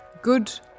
good